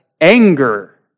anger